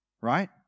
right